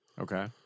Okay